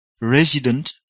resident